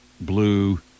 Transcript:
blue